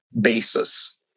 basis